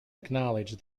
acknowledged